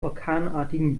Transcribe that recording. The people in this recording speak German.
orkanartigen